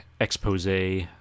expose